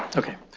ok.